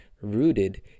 rooted